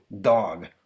Dog